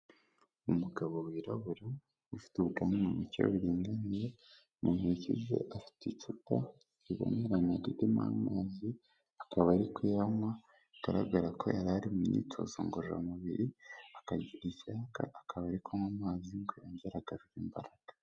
Umugabo wirabura ufite ubwanwa bucye buringaniye, mu ntoki ze afite icupa riboneranye ririmo amazi, akaba ariko yanywa bigaragara ko yari ari mu myitozo ngororamubiri akagira icyaka akaba ari kunywa amazi ngo agarure imbaraga.